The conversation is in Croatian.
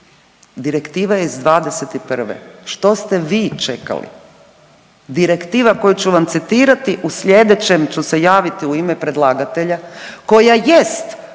direktiva je iz '21. Što ste vi čekali? Direktiva koju ću vam citirati u sljedećem ću se javiti u ime predlagatelja koja jest